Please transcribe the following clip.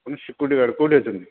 ଆପଣ security guard କେଉଁଠି ଅଛନ୍ତି